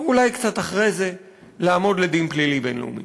אולי קצת אחרי זה, לעמוד לדין פלילי בין-לאומי.